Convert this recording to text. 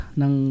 ng